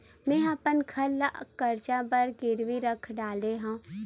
मेहा अपन घर ला कर्जा बर गिरवी रख डरे हव